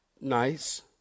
nice